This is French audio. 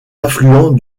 affluent